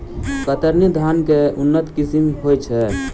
कतरनी धान केँ के उन्नत किसिम होइ छैय?